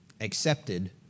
accepted